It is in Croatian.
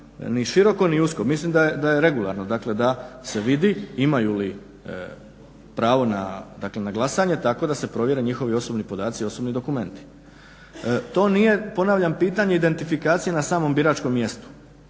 ni široko ni usko. Mislim da je regularno dakle da se vidi imaju li pravo na glasanje tako da se provjere njihovi osobni podaci i osobni dokumenti. To nije ponavljam pitanje identifikacije na samom biračkom mjestu.